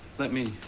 let me.